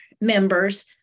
members